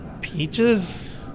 Peaches